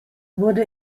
wurde